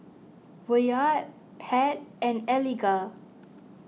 Wyatt Pat and Eliga